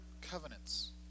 covenants